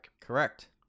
Correct